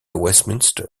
westminster